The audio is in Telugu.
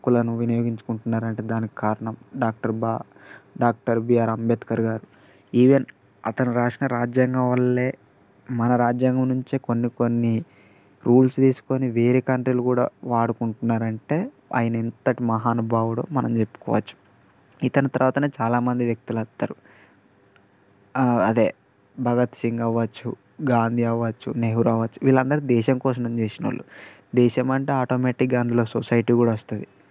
హక్కులను వినియోగించుకుంటున్నారు అంటే దానికి కారణం డాక్టర్ బా doctor B R Ambedkar garu even అతను రాసిన రాజ్యాంగం వల్ల మన రాజ్యాంగం నుంచి కొన్ని కొన్ని రూల్స్ తీసుకుని వేరే కంట్రీలు కూడా వాడుకుంటు ఉన్నారంటే ఆయన ఎంతటి మహానుభావుడో మనం చెప్పుకోవచ్చు ఇతని తర్వాత చాలామంది వ్యక్తులు వస్తారు అదే భగత్ సింగ్ అవ్వచ్చు గాంధీ అవచ్చు నెహ్రూ అవచ్చు వీళ్ళు అందరు దేశం కోసం పనిచేసిన వాళ్ళు దేశం అంటే ఆటోమేటిక్గా అందులో సొసైటీ కూడా వస్తుంది